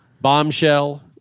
Bombshell